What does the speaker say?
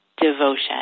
devotion